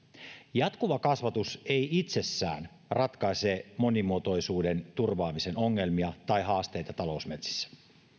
jatkuva kasvatus ei itsessään ratkaise monimuotoisuuden turvaamisen ongelmia tai haasteita talousmetsissä